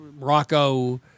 Morocco